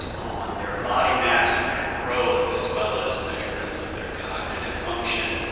on their body mass and their growth as well as measurement of their cognitive function,